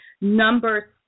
Number